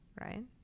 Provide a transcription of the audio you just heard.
right